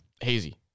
hazy